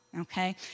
Okay